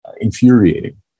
infuriating